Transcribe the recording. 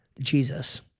Jesus